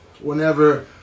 whenever